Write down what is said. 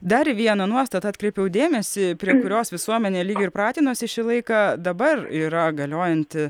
dar viena nuostata atkreipiau dėmesį prie kurios visuomenė lyg ir pratinosi šį laiką dabar yra galiojanti